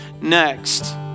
next